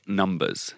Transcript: numbers